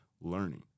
learning